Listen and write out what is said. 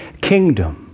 kingdom